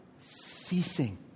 ceasing